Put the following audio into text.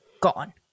gone